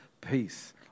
Peace